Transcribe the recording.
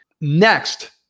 Next